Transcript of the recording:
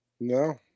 no